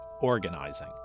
organizing